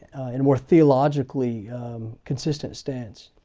and more theologically consistent stance.